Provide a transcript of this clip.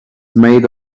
made